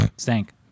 Stank